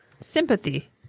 sympathy